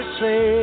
say